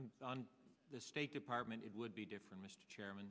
and on the state department it would be different mr chairman